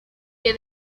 que